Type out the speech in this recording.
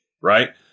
Right